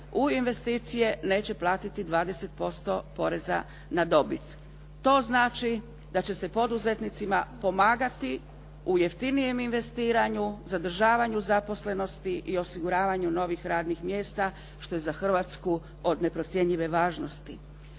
na investicije neće platiti 20% poreza na dobit. To znači da će se poduzetnicima pomagati u jeftinijem investiranju, zadržavanju zaposlenosti i osiguravanju novih rednih mjesta što je za Hrvatsku od neprocjenjive važnosti.